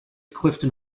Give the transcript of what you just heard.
clifton